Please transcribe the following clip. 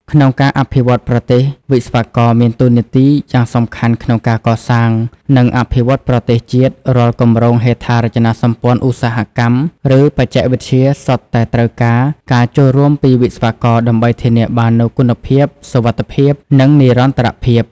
ក្នុងការអភិវឌ្ឍន៍ប្រទេសវិស្វករ មានតួនាទីយ៉ាងសំខាន់ក្នុងការកសាង និងអភិវឌ្ឍប្រទេសជាតិ រាល់គម្រោងហេដ្ឋារចនាសម្ព័ន្ធឧស្សាហកម្ម ឬបច្ចេកវិទ្យាសុទ្ធតែត្រូវការការចូលរួមពីវិស្វករដើម្បីធានាបាននូវគុណភាពសុវត្ថិភាព និងនិរន្តរភាព។